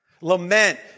Lament